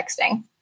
texting